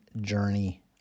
Journey